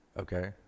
Okay